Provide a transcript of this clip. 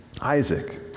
Isaac